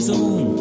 Zoom